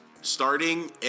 starting